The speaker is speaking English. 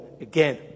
again